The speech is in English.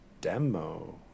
demo